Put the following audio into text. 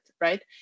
right